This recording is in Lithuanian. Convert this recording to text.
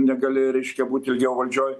negali reiškia būti ilgiau valdžioj